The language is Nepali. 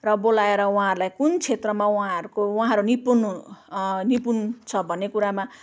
र बोलाएर उहाँहरूलाई कुन क्षेत्रमा उहाँहरूको उहाँहरू निपुण निपुण छ भन्ने कुरामा